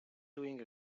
doing